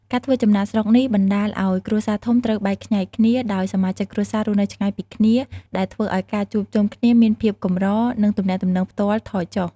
ការធ្វើចំណាកស្រុកនេះបណ្ដាលឱ្យគ្រួសារធំត្រូវបែកខ្ញែកគ្នា ដោយសមាជិកគ្រួសាររស់នៅឆ្ងាយពីគ្នា ដែលធ្វើឱ្យការជួបជុំគ្នាមានភាពកម្រ និងទំនាក់ទំនងផ្ទាល់ថយចុះ។